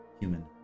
human